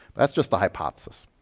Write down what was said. that's just a hypothesis.